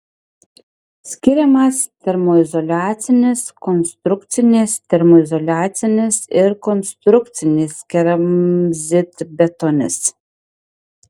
skiriamas termoizoliacinis konstrukcinis termoizoliacinis ir konstrukcinis keramzitbetonis